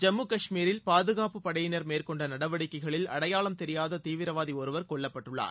ஜம்மு கஷ்மீரில் பாதுகாப்பு படையினர் மேற்கொண்ட நடவடிக்கைகளில் அடையாளம் தெரியாத தீவிரவாதி ஒருவர் கொல்லப்பட்டுள்ளார்